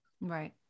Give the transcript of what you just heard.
right